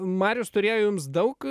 marius turėjo jums daug